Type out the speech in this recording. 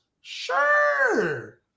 Sure